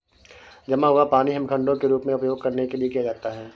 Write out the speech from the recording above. जमा हुआ पानी हिमखंडों के रूप में उपयोग करने के लिए किया जाता है